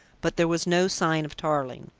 but there was no sign of tarling.